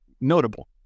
notable